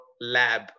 lab